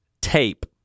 tape